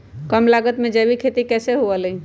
कम लागत में जैविक खेती कैसे हुआ लाई?